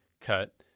cut